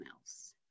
else